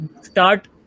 start